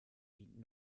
dient